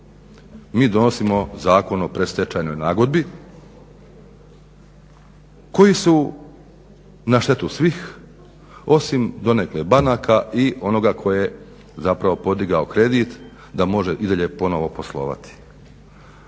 Mi donosimo Zakon o predstečajnoj nagodbi koji su na štetu svih osim donekle banaka i onoga tko je zapravo podigao kredit da može i dalje ponovno poslovati.